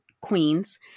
queens